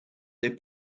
they